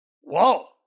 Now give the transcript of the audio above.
whoa